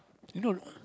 you know